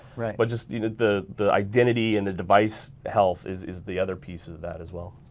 but just you know the the identity and the device health is is the other piece of that as well.